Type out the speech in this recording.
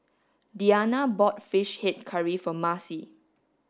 Deanna bought fish head curry for Marcie